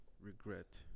regret